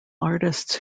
artists